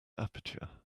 aperture